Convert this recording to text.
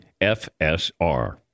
FSR